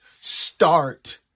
start